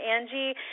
Angie